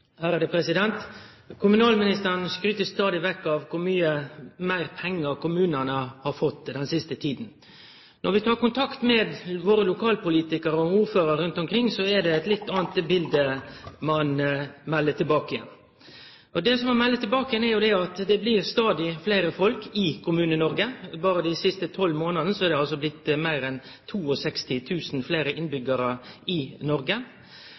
Kommunalministeren skryter stadig vekk av kor mykje meir pengar kommunane har fått den siste tida. Når vi tek kontakt med våre lokalpolitikarar og ordførarar rundt omkring, er det eit litt anna bilete dei melder tilbake. Det dei melder tilbake, er at det blir stadig fleire folk i Kommune-Noreg – berre dei siste tolv månadene er det blitt meir enn 62 000 fleire innbyggjarar i Noreg